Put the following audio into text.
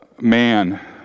man